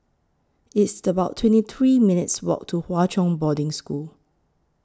It's about twenty three minutes' Walk to Hwa Chong Boarding School